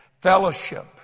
Fellowship